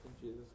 Jesus